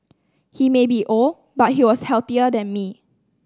he may be old but he was healthier than me